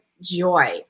joy